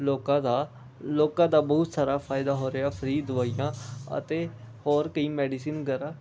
ਲੋਕਾਂ ਦਾ ਲੋਕਾਂ ਦਾ ਬਹੁਤ ਸਾਰਾ ਫਾਇਦਾ ਹੋ ਰਿਹਾ ਫ੍ਰੀ ਦਵਾਈਆਂ ਅਤੇ ਹੋਰ ਕਈ ਮੈਡੀਸਨ ਵਗੈਰਾ